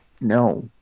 No